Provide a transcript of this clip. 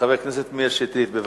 חבר הכנסת מאיר שטרית, בבקשה.